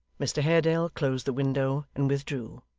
mr haredale closed the window, and withdrew.